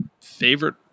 favorite